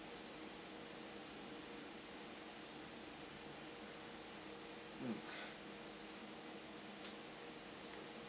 mm